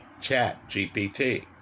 ChatGPT